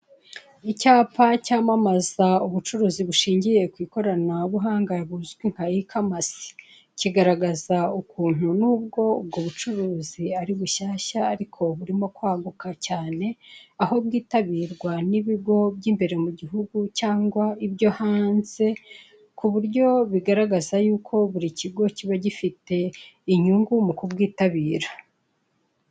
Icyapa cyamamaza ubucuruzi bushingiye ku ikoranabuhanga buzwi nka ikamasi, kigaragaza ukuntu n'ubwo ubwo bucuruzi ari bushyashya ariko burimo kwaguka cyane, aho bwitabirwa n'ibigo by'imbere mu gihugu cyangwa ibyo hanze ku buryo bigaragaza yuko buri kigo kiba gifite inyungu mu kubwitabira.